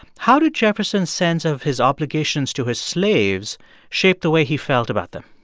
how did jefferson's sense of his obligations to his slaves shape the way he felt about them?